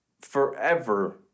forever